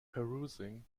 perusing